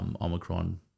Omicron